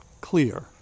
clear